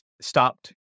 Stopped